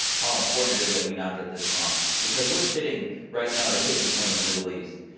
how important it is that we not get this wrong, because we're sitting right now at a tipping point in the middle east,